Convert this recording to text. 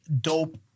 dope